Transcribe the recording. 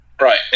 Right